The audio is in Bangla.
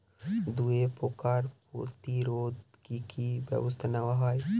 দুয়ে পোকার প্রতিরোধে কি কি ব্যাবস্থা নেওয়া হয়?